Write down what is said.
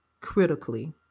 critically